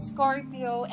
Scorpio